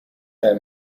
hare